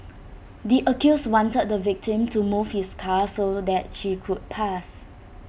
the accused wanted the victim to move his car so that she could pass